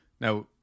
Now